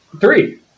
three